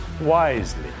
wisely